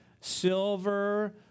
silver